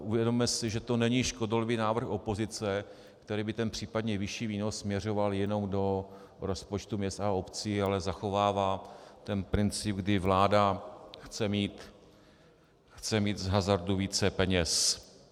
Uvědomme si, že to není škodolibý návrh opozice, který by ten případně vyšší výnos směřoval jenom do rozpočtu měst a obcí, ale zachovává ten princip, kdy vláda chce mít z hazardu více peněz.